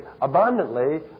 abundantly